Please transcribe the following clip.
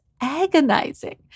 agonizing